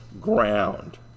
ground